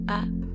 up